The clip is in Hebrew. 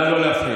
נא לא להפריע.